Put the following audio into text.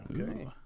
Okay